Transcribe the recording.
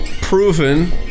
proven